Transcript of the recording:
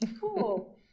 Cool